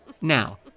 Now